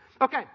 Okay